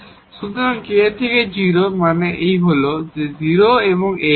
সুতরাং k থেকে 0 মানে এই হল 0 এবং h শূন্য নয়